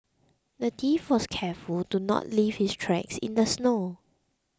the thief was careful to not leave his tracks in the snow